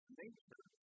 nature